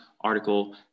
article